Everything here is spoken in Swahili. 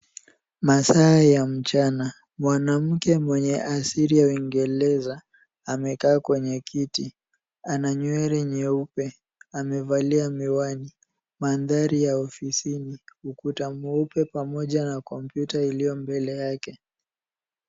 Masaa ya mchana, mwanamke wenye asili ya uingereza amekaa kwenye kiti ana nywele nyeupe, amevalia miwani, mandhari ya ofisini. Ukuta mweupe pamoja na kompyuta iliyo mbele yake.